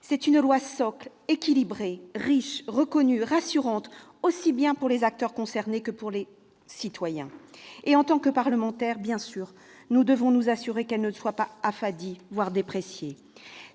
C'est une « loi socle », équilibrée, riche, reconnue et rassurante, aussi bien pour les acteurs concernés que pour les citoyens. En tant que parlementaires, nous devons nous assurer qu'elle ne soit pas affadie ni dépréciée.